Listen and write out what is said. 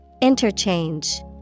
Interchange